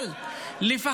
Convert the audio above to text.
לא, הם מחבלים לכל דבר.